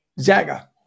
Zaga